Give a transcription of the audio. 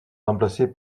remplacé